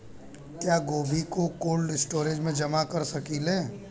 क्या गोभी को कोल्ड स्टोरेज में जमा कर सकिले?